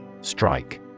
Strike